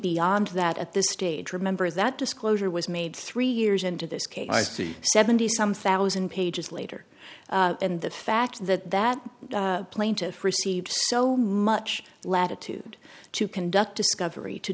beyond that at this stage remember is that disclosure was made three years into this case i see seventy some thousand pages later and the fact that that plaintiff received so much latitude to conduct discovery to